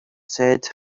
said